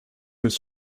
his